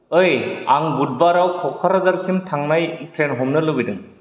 ओइ आं बुधबाराव क'क्राझारसिम थांनाय ट्रेन हमनो लुबैदों